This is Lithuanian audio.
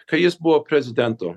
kai jis buvo prezidentu